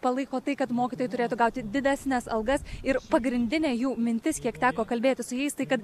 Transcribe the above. palaiko tai kad mokytojai turėtų gauti didesnes algas ir pagrindinė jų mintis kiek teko kalbėtis su jais tai kad